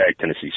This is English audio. Tennessee